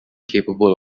capable